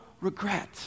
regret